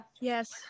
Yes